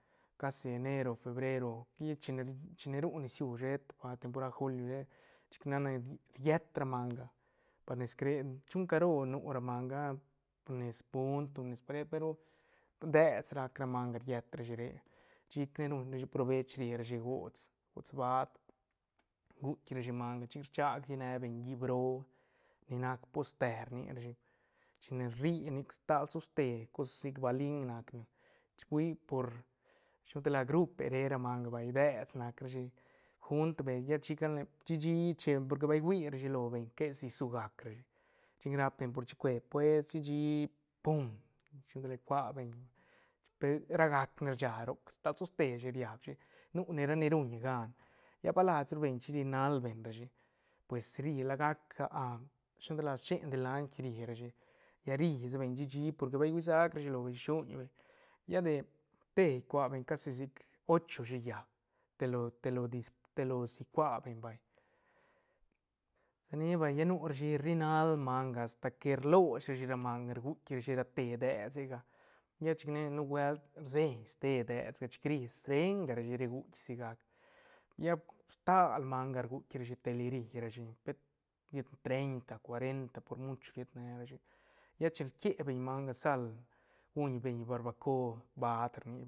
Casi enero febrero chine- chine ru nisiú sheta pa temporad julio she chic nac ne ried ra manga par ne si cre chu caro nu ra manga ah pa nes punt o nes paria pe ru pur dees rac ra manga riet rashi re chic ne ruñ rashi provech ri rashi gots- gots baad guitk rashi manga chic rchac ri ne beñ hiip roo ni nac pos te rni rashi chine rri nis stal toste cos sic balin nac ne hui por shilo gan tal la grupe re ra manga vay dees nac rashi junt rbe lla chicane chi- chi che por que bal hui rashi lo beñ que si rsu gac rashi chin rap beñ por chicue pues chi- chi pum cua beñ pe ra gacne rcha roc stal soste shi riabshi nu ra ni ruñ gan lla ba las ru beñ chirinal beñ rashi pues ri la gac shilo gan tal la schen de lain rri rashi lla ri sa beñ chi- chi porque bal huisac rashi lo beñ shuñbeñ lla de te icuabeñ casi sic ocho shi llaab telo- telo dis telo si cuabeñ vay lla ni vay lla nurashi rri nal manga asta que rlosrashi ra manga rguitk ra te deesega lla chic ne nubuelt rseñ ste deesga chic rri srenga rashi ri guitk si gac lla com stal manga rguitk rashi te li ri rashi pet llet treita cuarenta por mucho riet nerashi lla chin rkie beñ manga sal guñ beñ barbaco baad rni.